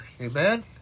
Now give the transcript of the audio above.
Amen